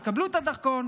ויקבלו את הדרכון,